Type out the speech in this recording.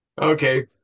Okay